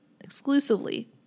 exclusively